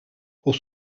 pour